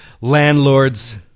landlord's